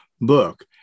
book